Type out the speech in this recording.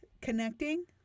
connecting